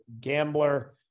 Gambler